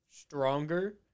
stronger